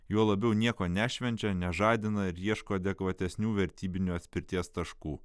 juo labiau nieko nešvenčia nežadina ir ieško adekvatesnių vertybinių atspirties taškų